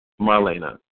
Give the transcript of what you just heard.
Marlena